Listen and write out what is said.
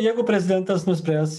jeigu prezidentas nuspręs